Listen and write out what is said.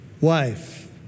wife